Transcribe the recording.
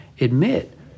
Admit